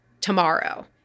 tomorrow